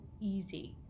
easy